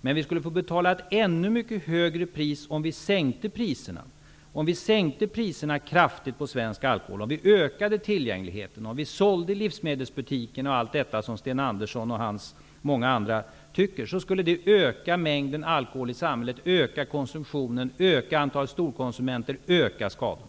Men vi skulle få betala ett ännu högre pris om vi sänkte priserna kraftigt på svensk alkohol och ökade tillgängligheten, t.ex. sålde alkohol i livsmedelsbutikerna, som Sten Andersson och många andra vill. Det skulle öka mängden alkohol i samhället, öka konsumtionen, öka antalet storkonsumenter och öka antalet skador.